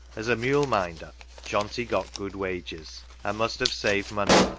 as a mule-minder johnty got good wages, and must have saved money,